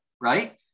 right